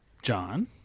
John